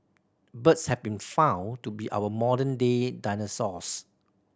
birds have been found to be our modern day dinosaurs